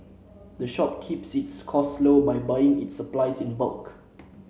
the shop keeps its costs low by buying its supplies in bulk